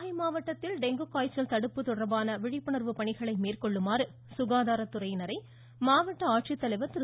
நாகை மாவட்டத்தில் டெங்கு காய்ச்சல் தடுப்பு தொடா்பான விழிப்புணா்வு பணிகளை மேற்கொள்ளுமாறு சுகாதாரத்துறையினரை மாவட்ட திரு